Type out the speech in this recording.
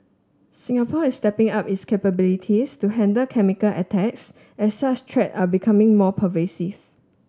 Singapore is stepping up its capabilities to handle chemical attacks as such threat are becoming more pervasive